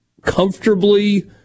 comfortably